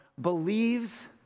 believes